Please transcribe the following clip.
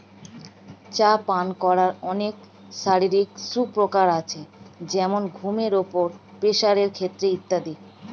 চা পান করার অনেক শারীরিক সুপ্রকার আছে যেমন ঘুমের উপর, প্রেসারের ক্ষেত্রে ইত্যাদি